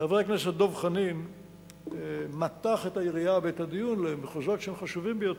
חבר הכנסת דב חנין מתח את היריעה ואת הדיון למחוזות שהם חשובים ביותר,